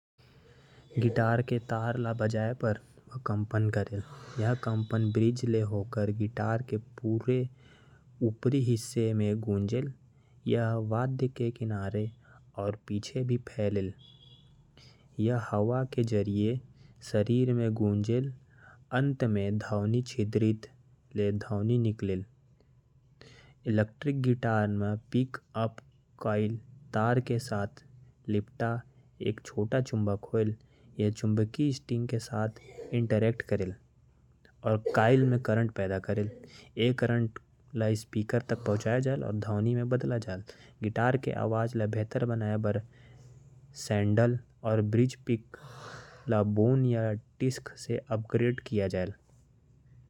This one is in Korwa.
तार के कंपन पूरा शरीर म गूंजते। जब कोनो स्ट्रिंग बजाये जाथे त। ओकर कंपन पुल के माध्यम ले गिटार के ऊपरी भाग म गूंजथे। ये वाद्ययंत्र के संग अउ पाछु तको संचारित होवत हावय। जेन शरीर म हवा के माध्यम ले गूंजत हावय। अउ अंत म ध्वनि छिद्र ले ध्वनि उत्पन्न करत हावय।